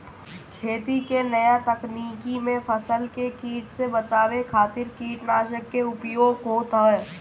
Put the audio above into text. खेती के नया तकनीकी में फसल के कीट से बचावे खातिर कीटनाशक के उपयोग होत ह